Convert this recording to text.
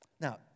Now